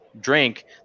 drink